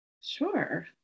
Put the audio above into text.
Sure